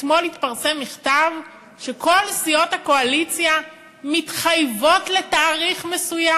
אתמול התפרסם מכתב שכל סיעות הקואליציה מתחייבות לתאריך מסוים.